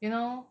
you know